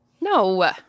No